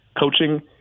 coaching